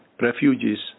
refugees